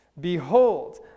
Behold